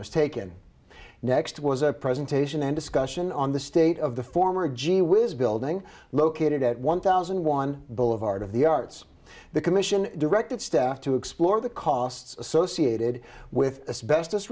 was taken next was a presentation and discussion on the state of the former gee whiz building located at one thousand one bowl of art of the arts the commission directed staff to explore the costs associated with its best